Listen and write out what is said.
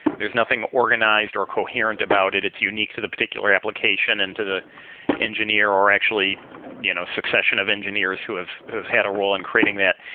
there's nothing organized or coherent about it. it's unique to the particular application and to the engineer or actually you know succession of engineers who have have had a role in creating that,